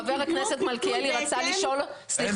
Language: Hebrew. ח"כ מלכיאלי בבקשה.